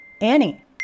Annie